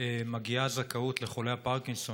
מגיעה זכאות לחולי הפרקינסון,